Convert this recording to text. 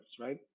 right